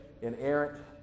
inerrant